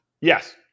Yes